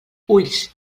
ulls